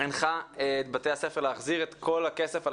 הנחה את בתי הספר להחזיר את כל הכסף על